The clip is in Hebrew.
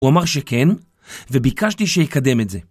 הוא אמר שכן, וביקשתי שיקדם את זה.